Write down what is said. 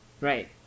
Right